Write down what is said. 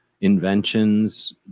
inventions